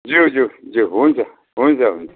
ज्यू ज्यू ज्यू हुन्छ हुन्छ हुन्छ